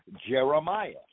Jeremiah